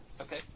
Okay